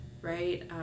Right